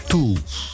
Tools